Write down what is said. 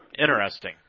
Interesting